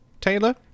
Taylor